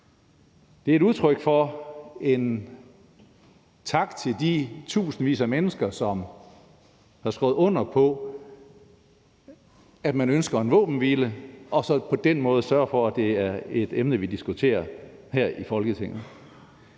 Det er et udtryk for en tak til de tusindvis af mennesker, som har skrevet under på, at man ønsker en våbenhvile, og som på den måde sørger for, at det er et emne, vi diskuterer her i Folketinget.